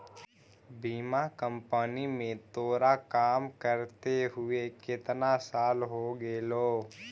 बीमा कंपनी में तोरा काम करते हुए केतना साल हो गेलो